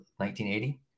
1980